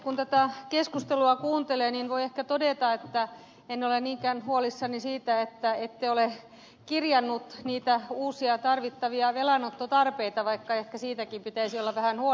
kun tätä keskustelua kuuntelee niin voi ehkä todeta että en ole niinkään huolissani siitä että ette ole kirjannut niitä uusia tarvittavia velanottotarpeita vaikka ehkä siitäkin pitäisi vähän olla huolissaan